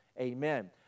amen